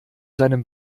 seinem